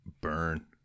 Burn